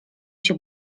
się